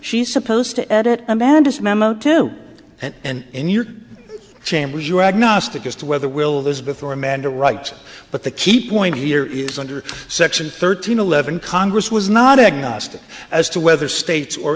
she's supposed to edit amanda's memo to it and in your chambers you're agnostic as to whether will this before amanda writes but the key point here is under section thirteen eleven congress was not agnostic as to whether states or